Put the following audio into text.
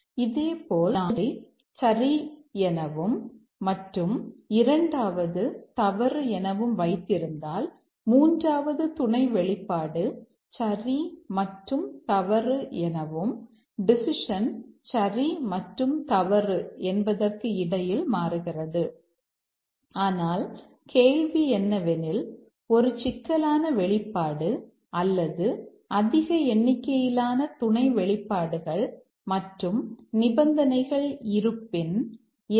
இதேபோல் நாம் முதல் ஒன்றை சரி எனவும் மற்றும் இரண்டாவது தவறு எனவும் வைத்திருந்தால் மூன்றாவது துணை வெளிப்பாடு சரி மற்றும் தவறு எனவும் டெசிஷன் சரி மற்றும் தவறு என்பதற்கு இடையில் மாறுகிறது ஆனால் கேள்வி என்னவெனில் ஒரு சிக்கலான வெளிப்பாடு அல்லது அதிக எண்ணிக்கையிலான துணை வெளிப்பாடுகள் மற்றும் நிபந்தனைகள் இருப்பின் எம்